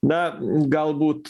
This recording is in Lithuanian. na galbūt